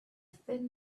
thin